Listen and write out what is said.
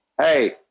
Hey